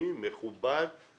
מכובד ורציני.